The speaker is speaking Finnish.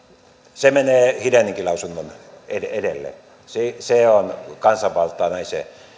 se menee hideninkin lausunnon edelle se se on kansanvaltaa näin se